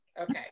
Okay